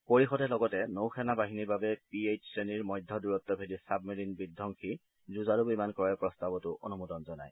পৰিষদে লগতে নৌসেনা বাহিনীৰ বাবে পি এইট শ্ৰেণীৰ মধ্য দূৰত্ভেদী ছাবমেৰিণ বিধবংসী যুঁজাৰু বিমান ক্ৰয়ৰ প্ৰস্তাৱতো অনুমোদন জনায়